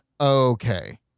Okay